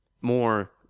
more